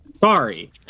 Sorry